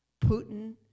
Putin